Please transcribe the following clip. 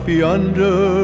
yonder